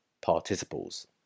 participles